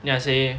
then I say